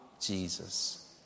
Jesus